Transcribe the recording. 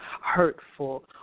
hurtful